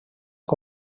del